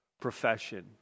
profession